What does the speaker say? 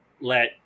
let